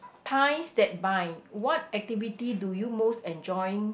ties that bind what activity do you most enjoy